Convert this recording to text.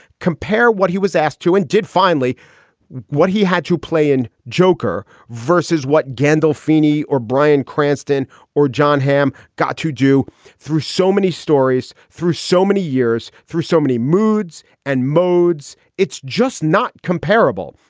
compare what he was asked to and did finally what he had to play in joker versus what gandolfini or bryan cranston or jon hamm got to do through so many stories, through so many years, through so many moods and modes. it's just not comparable.